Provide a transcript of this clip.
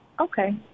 Okay